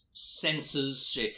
senses